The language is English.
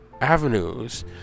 avenues